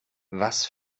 was